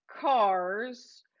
cars